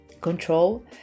control